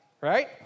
right